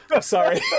Sorry